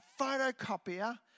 photocopier